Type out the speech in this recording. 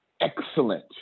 excellent